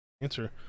answer